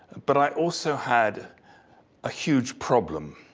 but i also had a huge problem.